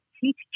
teach